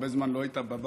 הרבה זמן לא היית בבית.